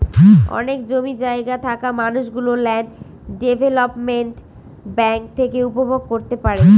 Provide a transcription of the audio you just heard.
অনেক জমি জায়গা থাকা মানুষ গুলো ল্যান্ড ডেভেলপমেন্ট ব্যাঙ্ক থেকে উপভোগ করতে পারে